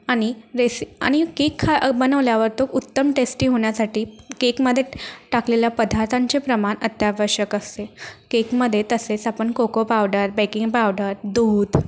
आणि रेसि आणि केक हा बनवल्यावर तो उत्तम टेस्टी होण्यासाठी केकमध्ये टाकलेल्या पदार्थांचे प्रमाण अत्यावश्यक असते केकमध्ये तसेच आपण कोको पावडर बेकिंग पावडर दूध